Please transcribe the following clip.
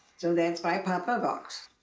so that's why papa walks.